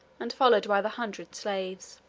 and followed by the hundred slaves.